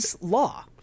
Law